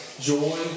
Joy